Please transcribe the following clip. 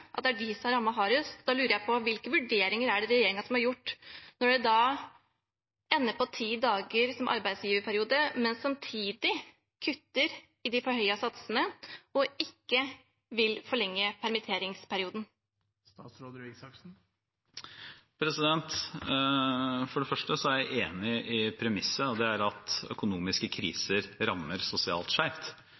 som er rammet hardest, lurer jeg på: Hvilke vurderinger er det regjeringen har gjort når den ender på en arbeidsgiverperiode på ti dager, men samtidig kutter i de forhøyede satsene og ikke vil forlenge permitteringsperioden? For det første er jeg enig i premisset, og det er at økonomiske kriser rammer sosialt